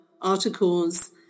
articles